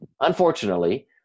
Unfortunately